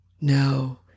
No